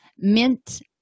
Mint